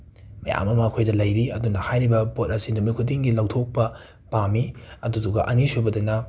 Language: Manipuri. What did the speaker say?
ꯃꯌꯥꯝ ꯑꯃ ꯑꯩꯈꯣꯏꯗ ꯂꯩꯔꯤ ꯑꯗꯨꯅ ꯍꯥꯏꯔꯤꯕ ꯄꯣꯠ ꯑꯁꯤ ꯅꯨꯝꯤꯠ ꯈꯨꯗꯤꯡꯒꯤ ꯂꯧꯊꯣꯛꯄ ꯄꯥꯝꯃꯤ ꯑꯗꯨꯗꯨꯒ ꯑꯅꯤ ꯁꯨꯕꯗꯅ